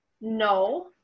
no